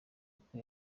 uko